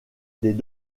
des